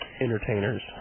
entertainers